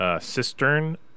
Cistern